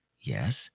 yes